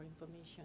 information